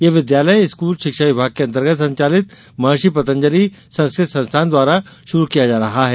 यह विद्यालय स्कूल शिक्षा विभाग के अंतर्गत संचालित महर्षि पंतजलि संस्कृत संस्थान द्वारा शुरू किया जा रहा है